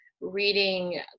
reading